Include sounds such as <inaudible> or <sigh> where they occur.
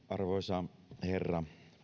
<unintelligible> arvoisa herra